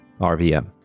RVM